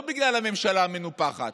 לא בגלל הממשלה המנופחת,